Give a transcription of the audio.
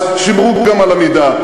אז שמרו גם על המידה.